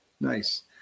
Nice